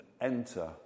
enter